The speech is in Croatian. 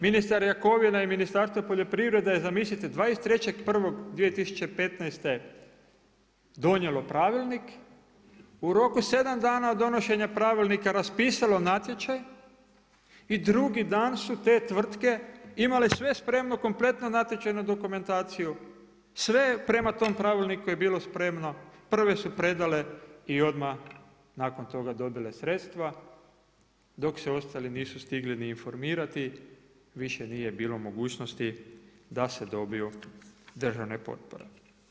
Ministar Jakovina i Ministarstvo poljoprivrede je zamislite, 23.1.2015. donijelo pravilnik u roku 7 dana od donošenja pravilnika, raspisalo natječaj i drugi dan su te tvrtke imale sve spremno, kompletnu natječajnu dokumentaciju, sve prema tom pravilniku je bilo spremno, prve su predale i odmah nakon toga dobile sredstva dok se ostali nisu stigli ni informirati više nije bilo mogućnosti da se dobiju državne potpore.